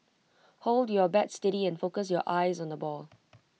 hold your bat steady and focus your eyes on the ball